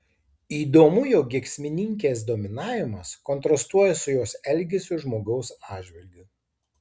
įdomu jog giesmininkės dominavimas kontrastuoja su jos elgesiu žmogaus atžvilgiu